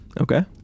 Okay